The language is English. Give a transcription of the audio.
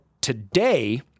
today